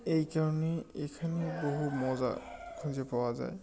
এই কারণে এখানে বহু মজা খুঁজে পাওয়া যায়